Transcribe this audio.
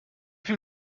viel